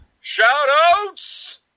shout-outs